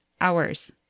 hours